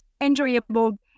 enjoyable